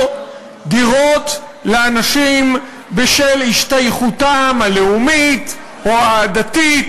דירות לאנשים בשל השתייכותם הלאומית או העדתית,